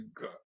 God